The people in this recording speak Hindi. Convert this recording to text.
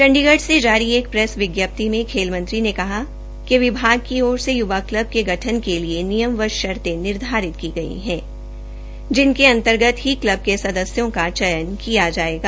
चण्डीगढ से जारी एक प्रैस विज्ञप्ति में खेल मंत्री ने कहाँ कि विभाग की ओर से युवा क्लब के गठन के लिए नियम व शर्ते निर्धारित की गई हैं जिनके अंतर्गत ही क्लब के सदस्यों का चयन किया जायेगा